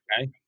okay